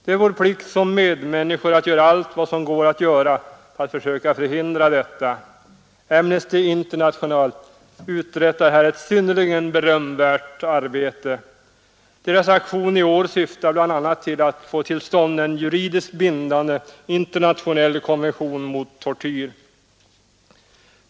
Det är vår plikt som medmänniskor att göra allt vad som går att göra för att försöka förhindra detta. Amnesty International uträttar här ett synnerligen berömvärt arbete. Dess aktion i år syftar bl.a. till att få till stånd en juridiskt bindande internationell konvention mot tortyr.